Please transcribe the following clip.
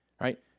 right